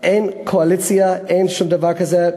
אין קואליציה, אין שום דבר כזה.